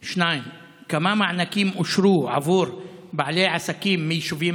2. כמה מענקים אושרו עבור בעלי עסקים מיישובים